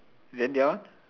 then the other one